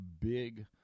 big